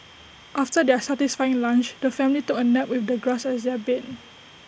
after their satisfying lunch the family took A nap with the grass as their bed